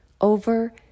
over